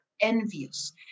envious